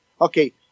okay